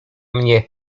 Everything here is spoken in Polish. mnie